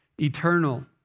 eternal